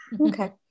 Okay